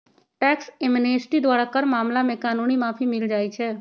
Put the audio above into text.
tax amnesty द्वारा कर मामला में कानूनी माफी मिल जाइ छै